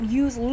use